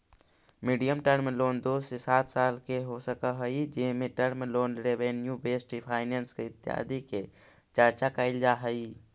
medium term loan दो से सात साल के हो सकऽ हई जेमें term loan revenue based finance इत्यादि के चर्चा कैल जा हई